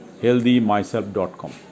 healthymyself.com